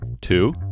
Two